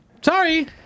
Sorry